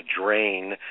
drain